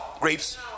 grapes